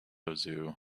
zoo